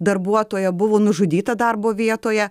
darbuotoja buvo nužudyta darbo vietoje